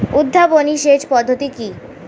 উদ্ভাবনী সেচ পদ্ধতি কি?